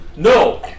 No